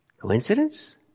Coincidence